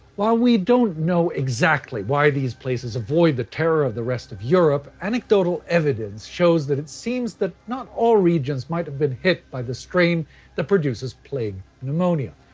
while we don't know exactly why these places avoid the terror of the rest of europe, anecdotal evidence shows that it seems that not all regions might have been hit by the strain that produces plague pneumonia,